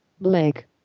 Blake